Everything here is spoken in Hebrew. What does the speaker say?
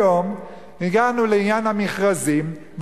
היום הגענו לעניין המכרזים,